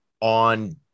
on